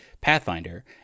Pathfinder